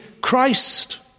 Christ